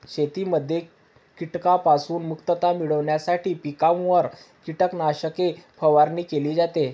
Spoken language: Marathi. शेतीमध्ये कीटकांपासून मुक्तता मिळविण्यासाठी पिकांवर कीटकनाशके फवारणी केली जाते